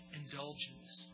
indulgence